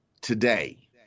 Today